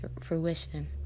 fruition